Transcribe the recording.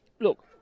look